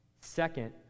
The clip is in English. Second